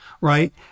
right